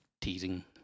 teasing